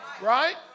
right